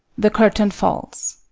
the curtain falls.